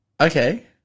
Okay